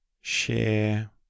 share